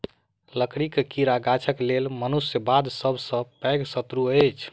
लकड़ीक कीड़ा गाछक लेल मनुष्य बाद सभ सॅ पैघ शत्रु अछि